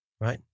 right